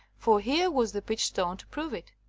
for here was the peach-stone to prove it.